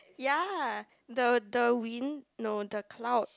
ya the the wind no the clouds